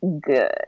good